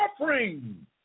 offering